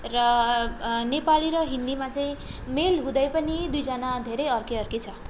र नेपाली र हिन्दीमा चाहिँ मेल हुँदै पनि दुईजना धेरै अर्कै अर्कै छ